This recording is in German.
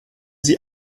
sie